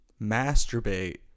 masturbate